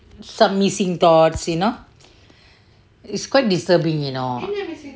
some missing thoughts you know it's quite disturbing you know